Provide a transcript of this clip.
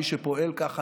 מי שפועל ככה,